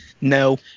No